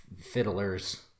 fiddlers